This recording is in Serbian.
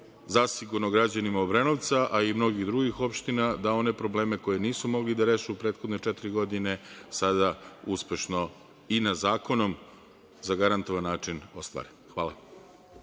zasigurno građanima Obrenovca, a i mnogih drugih opština da one probleme koje nisu mogli da reše u prethodne četiri godine, sada uspešno i na zakonom zagarantovan način ostvare. Hvala.